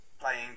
playing